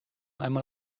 einmal